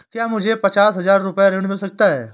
क्या मुझे पचास हजार रूपए ऋण मिल सकता है?